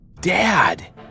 Dad